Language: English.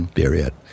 period